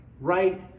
right